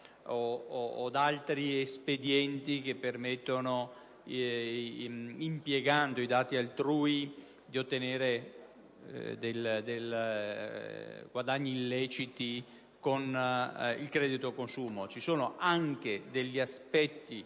od altri espedienti che permettono, impiegando i dati altrui, di ottenere dei guadagni illeciti con il credito o al consumo. Ci sono anche aspetti